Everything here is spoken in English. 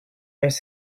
ice